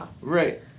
Right